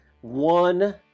One